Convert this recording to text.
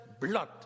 blood